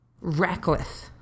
reckless